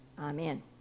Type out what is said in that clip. amen